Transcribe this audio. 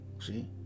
See